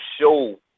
show